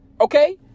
Okay